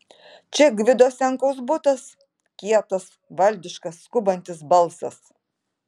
čia gvido senkaus butas kietas valdiškas skubantis balsas